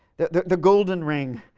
the the golden ring,